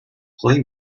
play